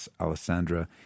Alessandra